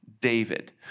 David